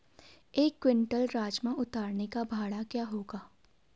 एक क्विंटल राजमा उतारने का भाड़ा क्या होगा?